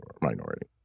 minority